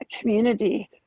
community